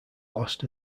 lost